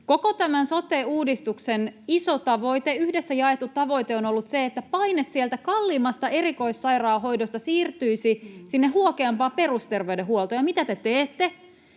iso tavoite, yhdessä jaettu tavoite, on ollut se, että paine sieltä kalliimmasta erikoissairaanhoidosta siirtyisi sinne huokeampaan perusterveydenhuoltoon. Ja mitä te teette?